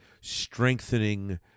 strengthening